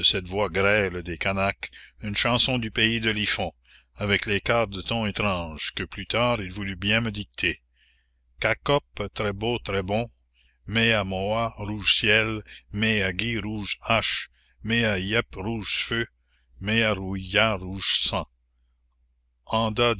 cette voix grêle des canaques une chanson du pays de lifon avec les quarts de tons étranges que plus tard il voulut bien me dicter ka kop très beau très bon méa moa rouge ciel méa ghi rouge hache méa iep rouge feu méa rouia rouge sang anda